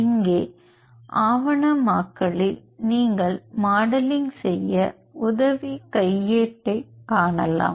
இங்கே ஆவணமாக்கலில் நீங்கள் மாடலிங் செய்ய உதவி கையேட்டைக் காணலாம்